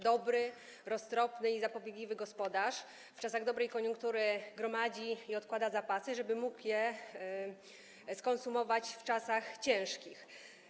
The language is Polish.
Dobry, roztropny i zapobiegliwy gospodarz w czasach dobrej koniunktury gromadzi i odkłada zapasy, żeby mógł je skonsumować w ciężkich czasach.